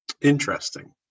Interesting